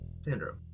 Sandro